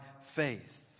faith